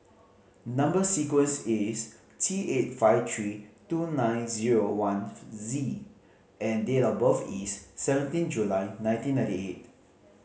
number sequence is T eight five three two nine zero one Z and date of birth is seventeen July nineteen ninety eight